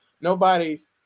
nobody's